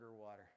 water